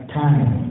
time